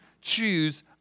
choose